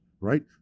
Right